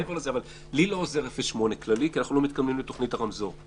לי לא עוזר 0.8 כי אנחנו לא מתכוונים לתוכנית הרמזור,